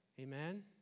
Amen